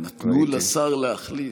נתנו לשר להחליט.